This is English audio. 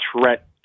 threat